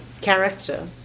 character